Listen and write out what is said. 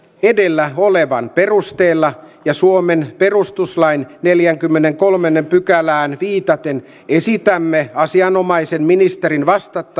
edellä olevan perusteella ja suomen perustuslain neljänkymmenenkolmennen pykälään viitaten esitämme asianomaisen ministerin vastata